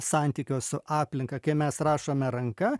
santykio su aplinka kai mes rašome ranka